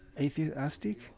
atheistic